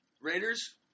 Raiders